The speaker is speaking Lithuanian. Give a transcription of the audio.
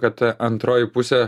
kad antroji pusė